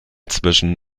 zwischen